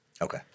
okay